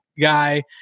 guy